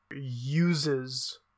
uses